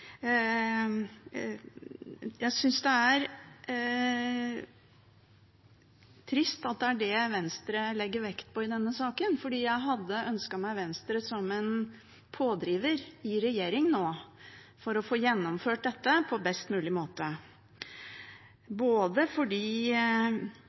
Jeg synes det er trist at det er det Venstre legger vekt på i denne saken, for jeg hadde ønsket meg Venstre som en pådriver – i regjering nå – for å få gjennomført dette på best mulig